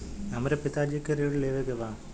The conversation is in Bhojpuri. हमरे पिता जी के ऋण लेवे के बा?